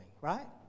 right